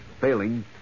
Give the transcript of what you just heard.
Failing